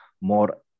more